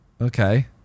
Okay